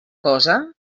cosa